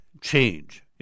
change